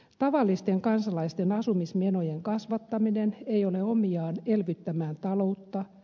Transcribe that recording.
tavallisten kansalaisten asumismenojen kasvattaminen ei ole omiaan elvyttämään taloutta